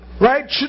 right